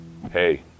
Hey